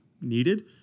needed